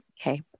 Okay